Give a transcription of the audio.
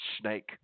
snake